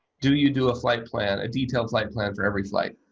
do you do a flight plan, a detailed site plan for every flight?